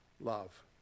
love